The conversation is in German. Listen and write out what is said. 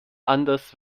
anders